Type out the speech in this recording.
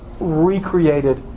recreated